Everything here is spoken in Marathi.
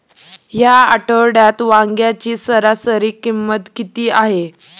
या आठवड्यात वांग्याची सरासरी किंमत किती आहे?